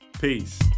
peace